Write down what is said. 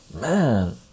Man